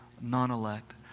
non-elect